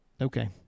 Okay